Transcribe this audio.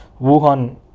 wuhan